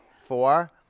Four